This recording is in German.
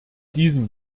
diesem